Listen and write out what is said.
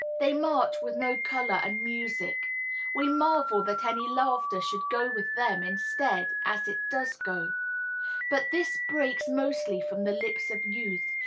they march with no color and music we marvel that any laughter should go with them instead, as it does go but this breaks mostly from the lips of youth,